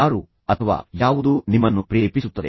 ಯಾರು ಅಥವಾ ಯಾವುದು ನಿಮ್ಮನ್ನು ಪ್ರೇರೇಪಿಸುತ್ತದೆ